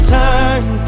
time